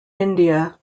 india